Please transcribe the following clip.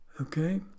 okay